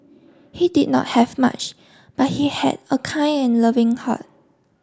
he did not have much but he had a kind and loving heart